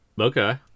Okay